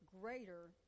greater